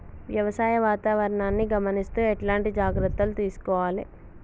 వ్యవసాయ వాతావరణాన్ని గమనిస్తూ ఎట్లాంటి జాగ్రత్తలు తీసుకోవాలే?